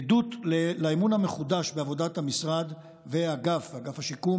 עדות לאמון המחודש בעבודת המשרד ואגף השיקום